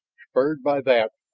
spurred by that,